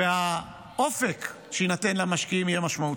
והאופק שיינתן למשקיעים יהיה משמעותי.